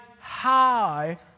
high